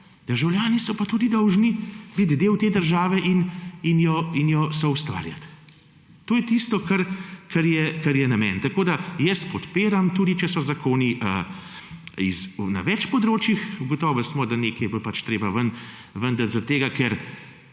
državljani so pa tudi dolžni biti del te države in jo soustvarjati. To je tisto, kar je namen. Jaz podpiram, tudi če so zakoni na več področjih, ugotovili smo, da nekaj bo treba ven dati, ker